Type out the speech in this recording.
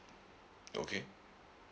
okay